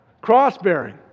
cross-bearing